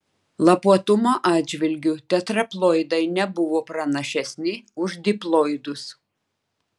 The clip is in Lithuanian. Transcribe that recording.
lapuotumo atžvilgiu tetraploidai nebuvo pranašesni už diploidus